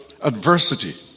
adversity